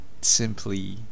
simply